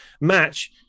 match